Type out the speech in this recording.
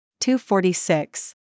246